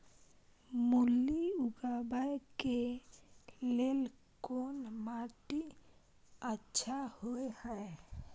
मूली उगाबै के लेल कोन माटी अच्छा होय है?